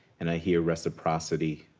and i hear reciprocity.